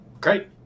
Great